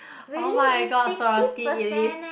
oh-my-god Swarovski it is